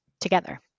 together